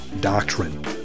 Doctrine